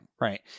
Right